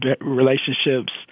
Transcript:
relationships